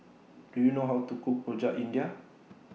Do YOU know How to Cook Rojak India